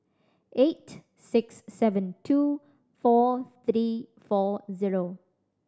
eight six seven two four three four zero